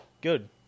Good